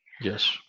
Yes